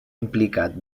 implicat